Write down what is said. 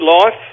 life